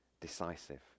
decisive